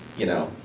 you know,